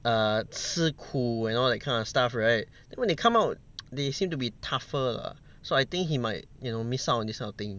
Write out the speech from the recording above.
err 吃苦 and all that kind of stuff right then when they come out they seem to be tougher lah so I think he might you know miss out on this kind of thing